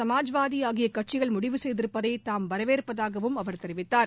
சமாஜ்வாதி ஆகிய கட்சிகள் முடிவு செய்திருப்பதை தாம் வரவேற்பதாகவும் அவர் தெரிவித்தார்